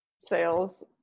sales